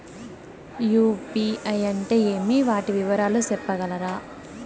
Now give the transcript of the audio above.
UPI అంటే ఏమి? వాటి వివరాలు సెప్పగలరా?